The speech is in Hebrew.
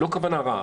לא עם כוונה רעה.